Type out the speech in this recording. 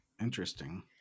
Interesting